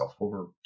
over